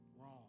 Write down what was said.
wrong